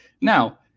Now